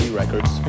records